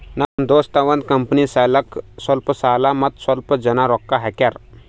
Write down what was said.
ನಮ್ ದೋಸ್ತ ಅವಂದ್ ಕಂಪನಿ ಸಲ್ಯಾಕ್ ಸ್ವಲ್ಪ ಸಾಲ ಮತ್ತ ಸ್ವಲ್ಪ್ ಜನ ರೊಕ್ಕಾ ಹಾಕ್ಯಾರ್